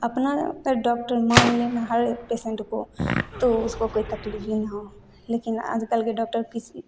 अपना अगर डॉक्टर मान लें ना हर पेशेंट को तो उसको कोई तकलीफ ही ना हो लेकिन आजकल के डॉक्टर किसी